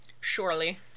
Surely